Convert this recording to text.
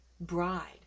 Bride